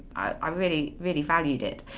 i really really valued it,